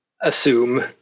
assume